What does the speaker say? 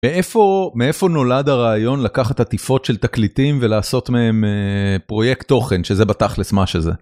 איפה מאיפה נולד הרעיון לקחת עטיפות של תקליטים ולעשות מהם פרויקט תוכן שזה בתכלס מה שזה.